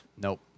nope